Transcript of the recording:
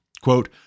quote